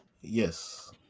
Yes